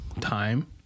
time